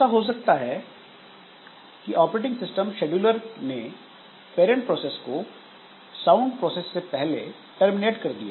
ऐसा हो सकता है कि ऑपरेटिंग सिस्टम शेड्यूलर ने पैरंट प्रोसेस को चाइल्ड प्रोसेस से पहले टर्मिनेट कर दिया